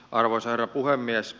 arvoisa herra puhemies